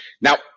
Now